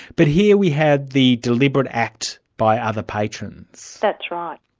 but here we have the deliberate act by other patrons. that's right.